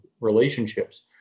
relationships